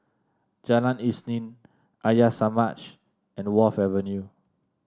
Jalan Isnin Arya Samaj and Wharf Avenue